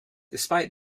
despite